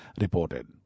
reported